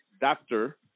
doctor